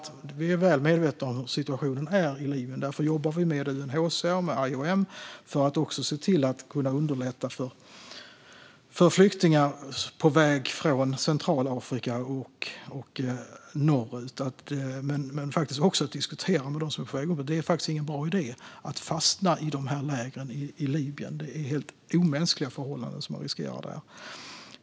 Vi är väl medvetna om hur situationen är i Libyen. Därför jobbar vi med UNHCR och IOM för att kunna underlätta för flyktingar på väg från Centralafrika och norrut. Men vi diskuterar också med dem som är på väg norrut, för det är faktiskt ingen bra idé att fastna i de här lägren i Libyen. Det är helt omänskliga förhållanden som man riskerar där.